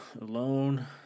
alone